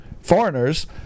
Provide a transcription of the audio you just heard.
foreigners